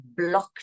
blockchain